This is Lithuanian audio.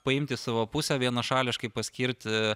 paimti savo pusę vienašališkai paskirti